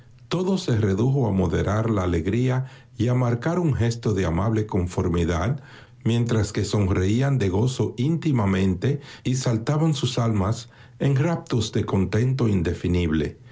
todo se redujo a moderar la alegría y a marcar un gesto de amable conformidad mientras que sonreían de gozo íntimamente y saltaban sus almas en raptos de contento indefinible